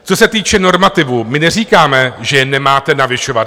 Co se týče normativu, my neříkáme, že je nemáte navyšovat.